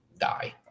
die